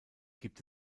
gibt